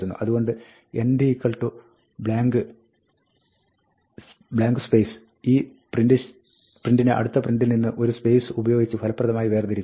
അതുകൊണ്ട് end '' ഈ പ്രിന്റിനെ അടുത്ത പ്രിന്റിൽ നിന്ന് ഒരു സ്പേസ് ഉപയോഗിച്ച് ഫലപ്രദമായി വേർതിരിക്കുന്നു